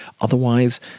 Otherwise